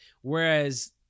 Whereas